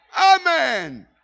Amen